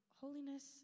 holiness